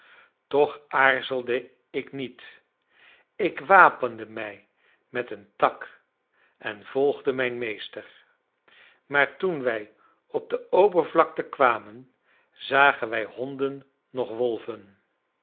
toch aarzelde ik niet ik wapende mij met een tak en volgde mijn meester maar toen wij op de open vlakte kwamen zagen wij honden noch wolven